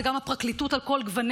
זה גם הפרקליטות על כל גווניה.